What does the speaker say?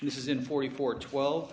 this is in forty four twelve